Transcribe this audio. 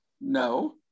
No